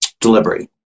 delivery